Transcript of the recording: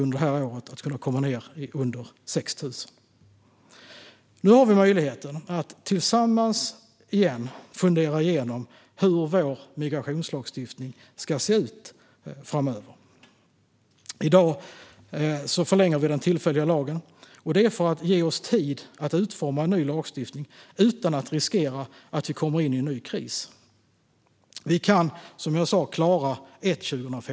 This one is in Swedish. Under det här året kommer man att kunna komma ned i under 6 000. Nu har vi möjligheten att tillsammans igen fundera igenom hur vår migrationslagstiftning ska se ut framöver. I dag förlänger vi den tillfälliga lagen, och det är för att ge oss tid att utforma en ny lagstiftning utan att riskera att vi kommer in i en ny kris. Vi kan, som jag sa, klara ett 2015.